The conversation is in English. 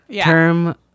term